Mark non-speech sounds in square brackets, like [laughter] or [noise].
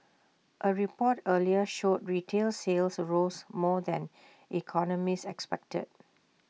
A report earlier showed retail sales rose more than [noise] economists expected